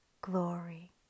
glory